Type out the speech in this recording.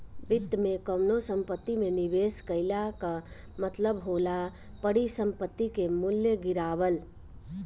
वित्त में कवनो संपत्ति में निवेश कईला कअ मतलब होला परिसंपत्ति के मूल्य गिरावल